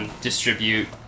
Distribute